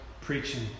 preaching